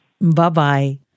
Bye-bye